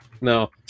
No